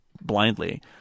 blindly